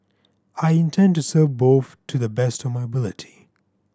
I intend to serve both to the best of my ability